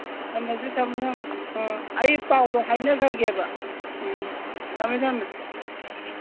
ꯊꯝꯃꯒꯦ ꯊꯝꯃꯣ ꯊꯝꯃꯣ ꯑꯥ ꯑꯩ ꯄꯥꯎꯗꯣ ꯍꯥꯏꯅꯒ꯭ꯔꯒꯦꯕ ꯎꯝ ꯊꯝꯃꯦ ꯊꯝꯃꯦ